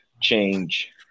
change